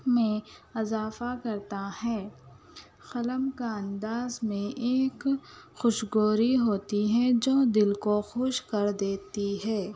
میں اضافہ کرتا ہے قلم کا انداز میں ایک خوشگواری ہوتی ہے جو دِل کو خوش کر دیتی ہے